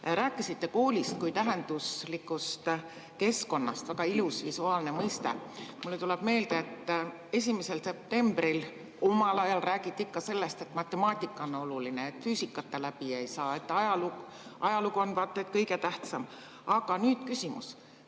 Rääkisite koolist kui tähenduslikust keskkonnast – väga ilus visuaalne mõiste. Mulle tuleb meelde, et 1. septembril omal ajal räägiti sellest, et matemaatika on oluline, et füüsikata läbi ei saa ja et ajalugu on vaat et kõige tähtsam. Aga nüüd küsimus: